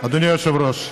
אדוני היושב-ראש,